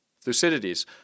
Thucydides